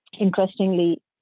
interestingly